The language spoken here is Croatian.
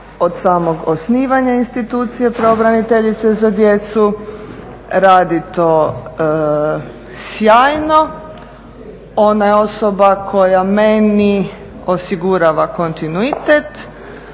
od samog osnivanja institucije pravobraniteljice za djecu. Radi to sjajno, ona je osoba koja meni osigurava kontinuitet